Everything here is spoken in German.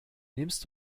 nimmst